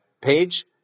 page